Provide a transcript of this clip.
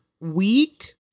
weak